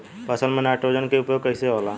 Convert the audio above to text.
फसल में नाइट्रोजन के उपयोग कइसे होला?